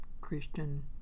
Christian